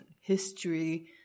history